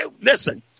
Listen